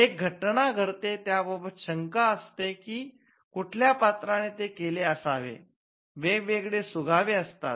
एक घटना घडते त्या बाबत शंका असते की कुठल्या पत्राने ते केले असावे वेगवेगळे सुगावे असतात